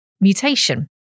mutation